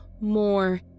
more